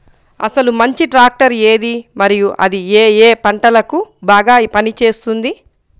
అసలు మంచి ట్రాక్టర్ ఏది మరియు అది ఏ ఏ పంటలకు బాగా పని చేస్తుంది?